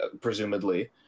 presumably